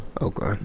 Okay